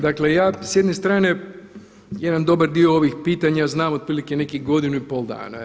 Dakle ja s jedne strane jedan dobar dio ovih pitanja znam otprilike nekih godinu i pol dana.